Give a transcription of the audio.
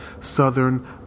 Southern